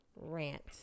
rant